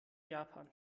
japans